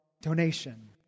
donation